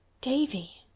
davy?